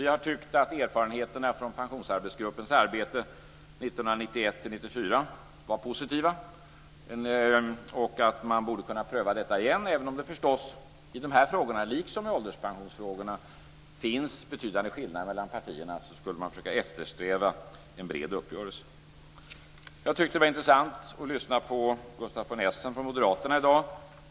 Vi har tyckt att erfarenheterna från pensionsarbetsgruppens arbete 1991-1994 var positiva och att man borde kunna pröva detta igen. Även om det förstås i dessa frågor, liksom i ålderspensionsfrågan, finns betydande skillnader mellan partierna, borde man försöka eftersträva en bred uppgörelse. Jag tycker att det var intressant att lyssna på Gustaf von Essen och moderaterna i dag.